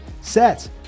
set